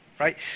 Right